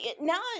now